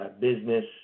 business